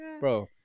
Bro